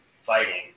fighting